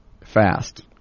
fast